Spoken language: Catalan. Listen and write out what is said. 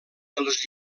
dels